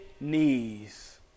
knees